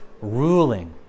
ruling